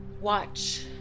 watch